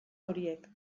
horiek